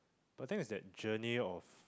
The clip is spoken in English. but the thing is that journey of